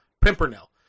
Pimpernel